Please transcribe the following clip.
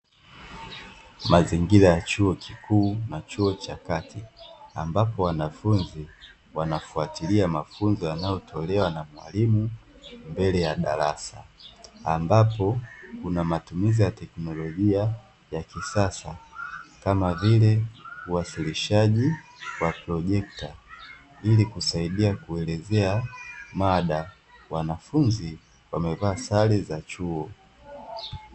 Mazingira ya chuo kikuu na chuo cha Kati, ambapo wanafunzi wanafatilia mafunzo yanayotolewa na mwalimu mbele ya darasa, ambapo kuna matumizi ya teknolojia ya kisasa, kama vile uwasilishaji wa projekta, ili kusaidia kuelezea mada. Wanafunzi wamevaa sare za chuo.